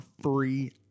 free